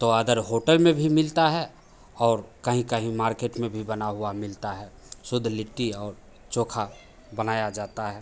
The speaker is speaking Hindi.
तो अदर होटल में भी मिलता है और कहीं कहीं मार्केट में भी बना हुआ मिलता है शुद्ध लिट्टी और चोखा बनाया जाता है